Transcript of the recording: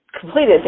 completed